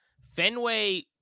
Fenway